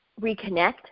reconnect